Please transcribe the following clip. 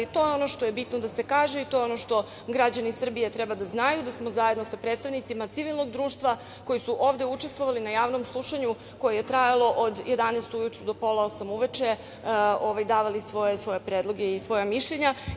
To je ono bitno da se kaže i ono što građani Srbije treba da znaju je da smo sa predstavnicima civilnog društva, koji su ovde učestvovali na javnom slušanju, koje je trajalo od 11 ujutru do pola osam uveče, davali svoje predloge i svoja mišljenja.